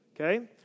Okay